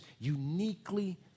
uniquely